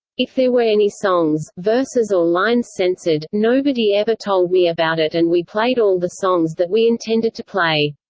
if there were any songs, verses or lines censored, nobody ever told me about it and we played all the songs that we intended to play.